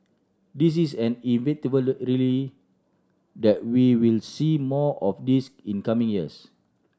this is an that we will see more of this in coming years